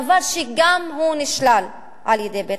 דבר שגם הוא נשלל על-ידי בית-המשפט.